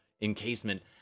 encasement